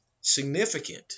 significant